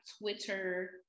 Twitter